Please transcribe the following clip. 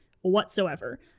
whatsoever